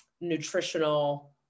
nutritional